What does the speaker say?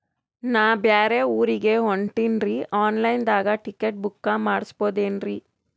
ನಾ ಬ್ಯಾರೆ ಊರಿಗೆ ಹೊಂಟಿನ್ರಿ ಆನ್ ಲೈನ್ ದಾಗ ಟಿಕೆಟ ಬುಕ್ಕ ಮಾಡಸ್ಬೋದೇನ್ರಿ?